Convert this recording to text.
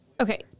Okay